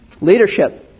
Leadership